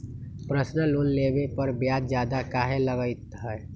Personal loan लेबे पर ब्याज ज्यादा काहे लागईत है?